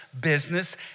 business